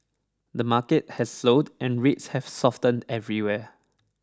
the market has slowed and rates have softened everywhere